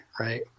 right